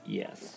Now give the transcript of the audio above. yes